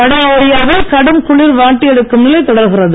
வடஇந்தியாவில் கடும் குளிர் வாட்டி எடுக்கும் நிலை தொடர்கிறது